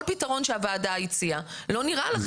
כל פתרון שהוועדה הציעה, לא נראה לכם.